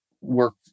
work